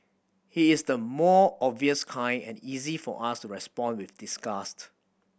he is the more obvious kind and Is easy for us to respond with disgust